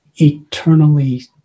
eternally